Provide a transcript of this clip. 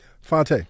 Fonte